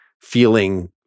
feeling